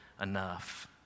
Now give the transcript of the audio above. enough